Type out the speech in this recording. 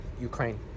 Ukraine